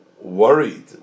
worried